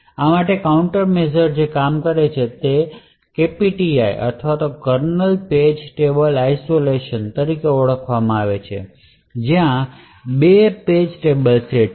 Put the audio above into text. આ માટે કાઉન્ટરમેઝર્સ જે કામ કરે છે તે KPTI અથવા કર્નલ પેજ ટેબલ આઇસોલેશન તરીકે ઓળખાય છે જ્યાં ત્યાં બે પેજ ટેબલ સેટ છે